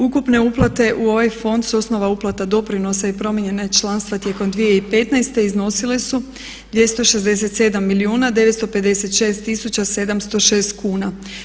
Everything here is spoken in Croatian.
Ukupne uplate u ovaj fond s osnova uplata doprinosa i promijenjena članstva tijekom 2015. iznosile su 267 milijuna 956 tisuća 706 kuna.